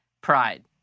pride